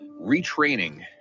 retraining